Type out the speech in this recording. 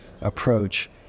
approach